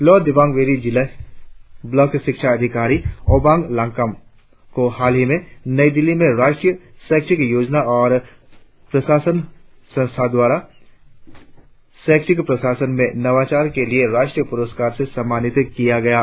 lower Dibang Valley जिला block शिक्षा अधिकारी ओबंग लांगकम को हाल ही में नई दिल्ली के राष्ट्रीय शैक्षिक योजना और प्रशासन संस्थान द्वारा शैक्षिक प्रशासन में नवाचार के लिए राष्ट्रीय पुरस्कार से सम्मानित किया गया था